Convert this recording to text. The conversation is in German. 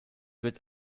wird